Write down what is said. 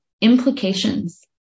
Implications